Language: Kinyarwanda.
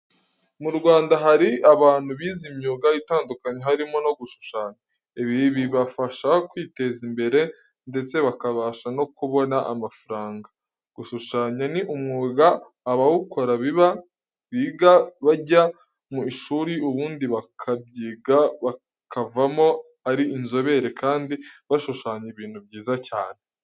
Mu Rwanda hari abantu bize imyuga itandukanye harimo no gushushanya, ibi bibafasha kwiteza imbere ndetse bakabasha no kubona amafaranga. Gushushanya ni umwuga abawukora biga, bajya mu ishuri ubundi bakabyiga bakavamo ari inzobere kandi bashushanya ibintu byiza cyane.